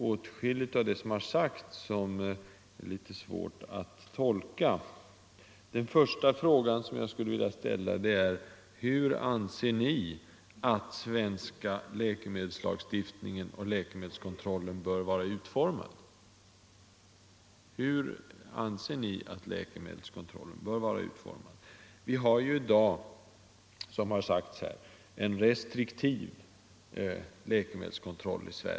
Åtskilligt av det som sagts är svårt att tolka. Den första frågan är: Hur anser ni att den svenska läkemedelskontrollen bör vara utformad? Vi har i dag en restriktiv läkemedelskontroll.